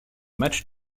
matchs